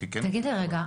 תגיד לי רגע,